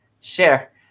share